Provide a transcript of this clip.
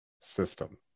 system